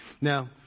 Now